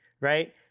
right